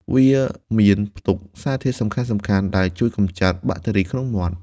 វាមានផ្ទុកសារធាតុសំខាន់ៗដែលជួយកម្ចាត់បាក់តេរីក្នុងមាត់។